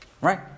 right